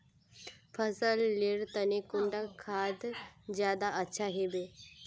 फसल लेर तने कुंडा खाद ज्यादा अच्छा हेवै?